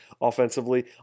offensively